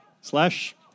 Slash